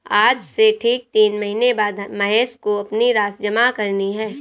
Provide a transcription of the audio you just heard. आज से ठीक तीन महीने बाद महेश को अपनी राशि जमा करनी है